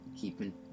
Keeping